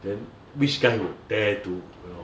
then which guy would dare to you know